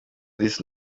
this